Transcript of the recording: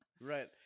Right